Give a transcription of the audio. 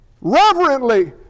Reverently